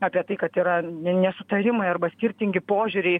apie tai kad yra ne nesutarimai arba skirtingi požiūriai